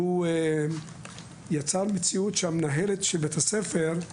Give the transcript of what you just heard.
והוא יצר מציאות שמנהלת בית הספר,